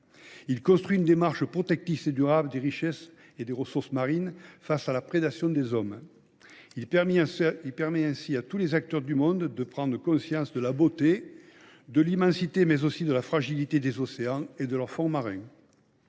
Il construit une démarche protectrice et durable des richesses et des ressources marines face à la prédation des hommes. Il permet ainsi à tous les acteurs du monde de prendre conscience de la beauté, de l’immensité, mais aussi de la fragilité des océans et des fonds marins.